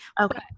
Okay